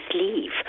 leave